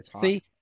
see